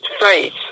Faith